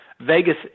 Vegas